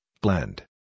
blend